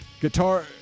Guitar